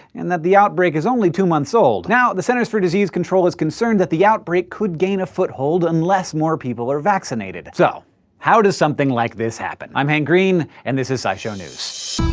and that the outbreak is only two months old. now the centers for disease control is concerned that the outbreak could gain a foothold unless more people are vaccinated. so how does something like this happen? i'm hank green and this is scishow news.